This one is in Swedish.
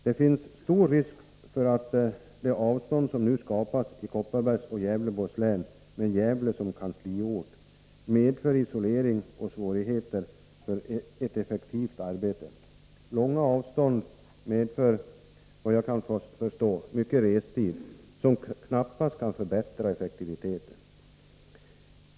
Det finns stor risk för att de avstånd som nu skapas i Kopparbergs och Gävleborgs län med Gävle som kansliort medför isolering och svårigheter att bedriva ett effektivt arbete. Långa avstånd medför — såvitt jag kan förstå — mycket restid, vilket knappast kan förbättra effektiviteten.